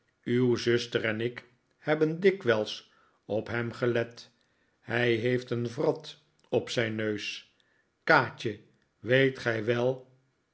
uw zuster en ik hebben dikwijls op hem gelet hij heeft een wrat op zijn neus kaatje weet gij wel